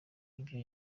ibyo